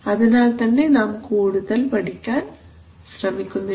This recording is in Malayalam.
അതിനാൽ തന്നെ നാം കൂടുതൽ പഠിക്കാൻ ശ്രമിക്കുന്നില്ല